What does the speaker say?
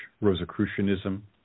Rosicrucianism